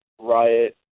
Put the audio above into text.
riot